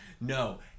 No